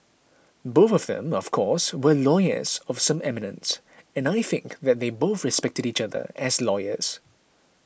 both of them of course were lawyers of some eminence and I think that they both respected each other as lawyers